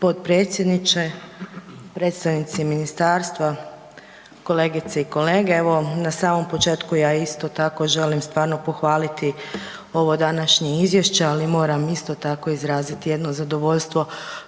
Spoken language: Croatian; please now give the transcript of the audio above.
potpredsjedniče, predstavnici ministarstva, kolegice i kolege. Evo na samom početku ja isto tako želim stvarno pohvaliti ovo današnje izvješće, ali moram isto tako izraziti jedno zadovoljstvo